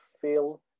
feel